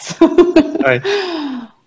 Right